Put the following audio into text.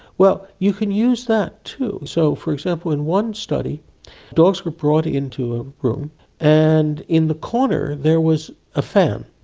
well, you can use that too. so, for example, in one study dogs were brought into a room and in the corner there was a fan,